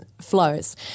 flows